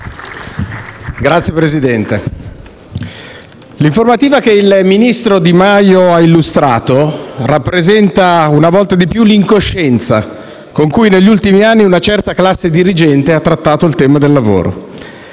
Signor Presidente, l'informativa che il ministro Di Maio ha illustrato rappresenta una volta di più l'incoscienza con cui negli ultimi anni una certa classe dirigente ha trattato il tema del lavoro.